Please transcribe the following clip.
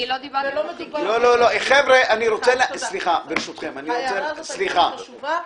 זאת הערה חשובה.